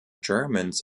germans